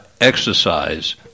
exercise